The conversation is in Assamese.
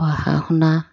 পঢ়া শুনা